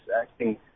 acting